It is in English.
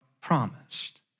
promised